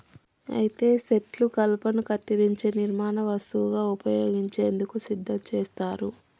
అయితే సెట్లు కలపను కత్తిరించే నిర్మాణ వస్తువుగా ఉపయోగించేందుకు సిద్ధం చేస్తారు